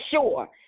sure